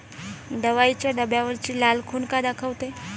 दवाईच्या डब्यावरची लाल खून का दाखवते?